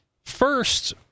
First